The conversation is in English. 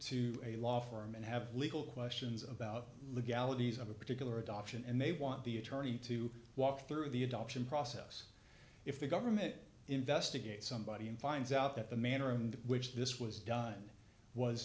to a law firm and have legal questions about legalities of a particular adoption and they want the attorney to walk through the adoption process if the government investigates somebody and finds out that the manner in which this was done was